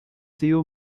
sido